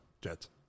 Jets